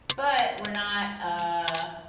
but we're not ah